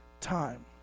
time